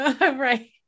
Right